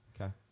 okay